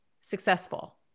successful